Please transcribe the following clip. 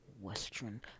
Western